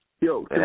Yo